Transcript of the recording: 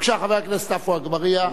בבקשה, חבר הכנסת עפו אגבאריה.